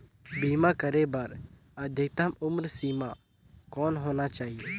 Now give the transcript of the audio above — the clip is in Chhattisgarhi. बीमा करे बर अधिकतम उम्र सीमा कौन होना चाही?